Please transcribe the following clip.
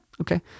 Okay